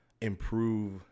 improve